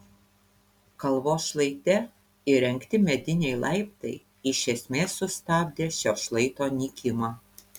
kalvos šlaite įrengti mediniai laiptai iš esmės sustabdė šio šlaito nykimą